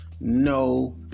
No